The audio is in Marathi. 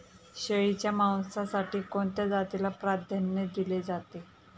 शेळीच्या मांसासाठी कोणत्या जातीला प्राधान्य दिले जाते?